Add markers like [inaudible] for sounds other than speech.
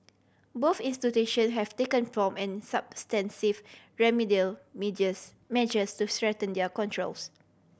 both institution have taken prompt and substantive remedial [unintelligible] measures to strengthen their controls